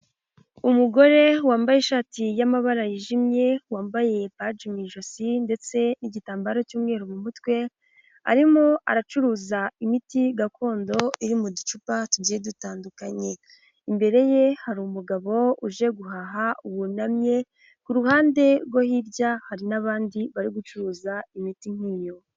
Umugore wambaye ishati y'amabara yijimye, wambaye baji mu ijosi ndetse n'igitambaro cy'umweru mu mutwe, arimo aracuruza imiti gakondo iri mu ducupa tugiye dutandukanye, imbere ye hari umugabo uje guhaha wunamye, ku ruhande rwo hirya hari n'abandi bari gucuruza imiti nk'iyo.